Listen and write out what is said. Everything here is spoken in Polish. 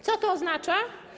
Co to oznacza?